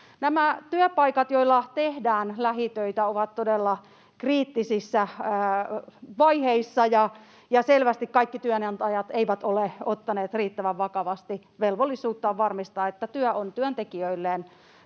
työpaikat, joilla tehdään lähitöitä, ovat todella kriittisissä vaiheissa, ja selvästi kaikki työnantajat eivät ole ottaneet riittävän vakavasti velvollisuuttaan varmistaa, että työ on työntekijöilleen